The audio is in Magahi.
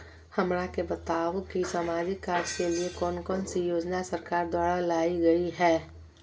हमरा के बताओ कि सामाजिक कार्य के लिए कौन कौन सी योजना सरकार द्वारा लाई गई है?